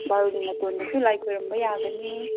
ꯕꯥꯔꯨꯅꯤ ꯃꯇꯣꯟꯗꯁꯨ ꯂꯥꯏ ꯈꯨꯔꯨꯝꯕ ꯌꯥꯒꯅꯤ